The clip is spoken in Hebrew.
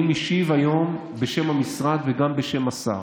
אני משיב היום בשם המשרד וגם בשם השר,